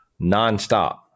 nonstop